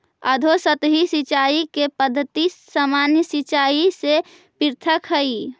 अधोसतही सिंचाई के पद्धति सामान्य सिंचाई से पृथक हइ